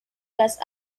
las